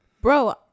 bro